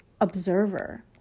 observer